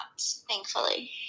Thankfully